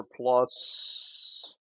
plus